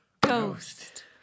Ghost